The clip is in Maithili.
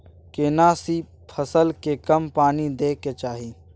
केना सी फसल के कम पानी दैय के चाही?